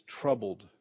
troubled